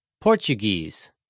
Portuguese